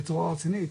בצורה רצינית,